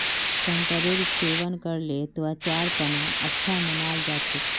संतरेर सेवन करले त्वचार तना अच्छा मानाल जा छेक